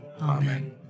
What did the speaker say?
Amen